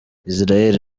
israel